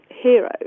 hero